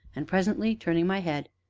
and, presently, turning my head,